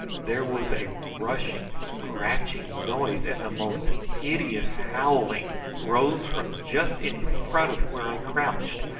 there was a rushing, scratching noise, and the most hideous howling rose from just in front of where i crouched,